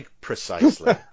precisely